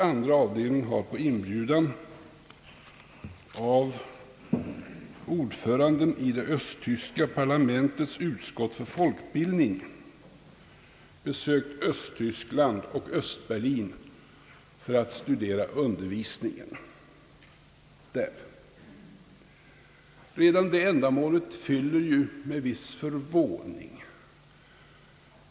Avdelningen har på inbjudan av ordföranden i det östtyska parlamentets utskott för folkbildning besökt Östtyskland och och Östberlin för att studera undervisningen där. Redan ändamålet inger ju viss förvåning.